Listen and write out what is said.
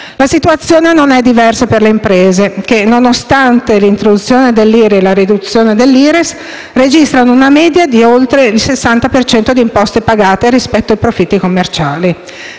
La situazione non è diversa per le imprese che, nonostante l'introduzione dell'IRI e la riduzione dell'IRES, registrano una media di oltre il 60 per cento di imposte pagate rispetto ai profitti commerciali.